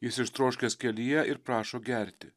jis ištroškęs kelyje ir prašo gerti